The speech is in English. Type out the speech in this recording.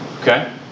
Okay